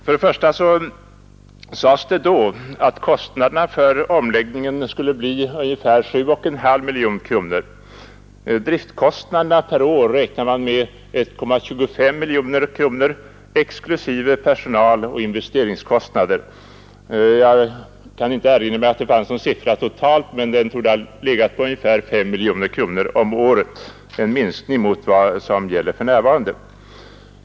Först och främst angavs det 1968 att kostnaderna för omläggningen skulle bli ungefär 7,5 miljoner kronor, medan driftkostnaderna beräknades till 1,25 miljoner per år exklusive personaloch investeringskostnader. Jag kan inte erinra mig att det då nämndes någon totalsiffra för dessa kostnader, men den bör ha legat vid ungefär 5 miljoner kronor om året, alltså mindre än för närvarande.